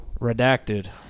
redacted